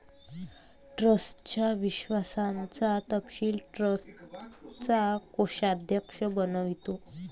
ट्रस्टच्या विश्वासाचा तपशील ट्रस्टचा कोषाध्यक्ष बनवितो